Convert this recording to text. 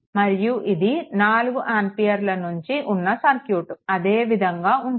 మరియు ఇది 4 ఆంపియర్లు నుంచి ఉన్న సర్క్యూట్ అదే విధంగా ఉంటుంది